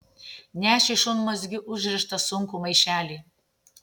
nešė šunmazgiu užrištą sunkų maišelį